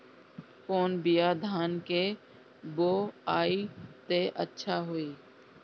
कौन बिया धान के बोआई त अच्छा होई?